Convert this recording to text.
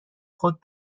خود